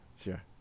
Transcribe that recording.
sure